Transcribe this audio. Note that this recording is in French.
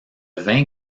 vin